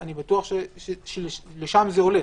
אני בטוח שלשם זה הולך.